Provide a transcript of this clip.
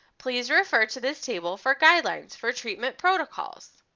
please refer to this table for guidelines for treatment protocols.